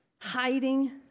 hiding